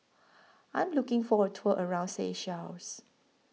I'm looking For A Tour around Seychelles